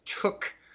took